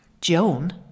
Joan